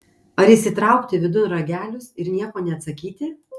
ar įsitraukti vidun ragelius ir nieko neatsakyti